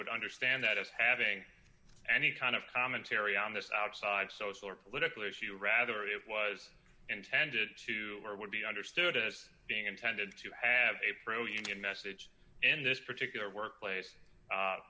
would understand that as having any kind of commentary on this outside social or political issue rather it was intended to be understood as being intended to have a pro union message in this particular workplace